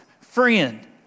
friend